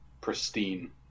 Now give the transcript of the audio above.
pristine